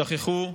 שכחו.